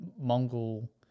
Mongol